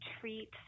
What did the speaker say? treat